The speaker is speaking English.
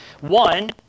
One